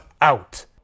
out